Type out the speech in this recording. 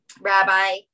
rabbi